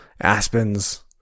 aspens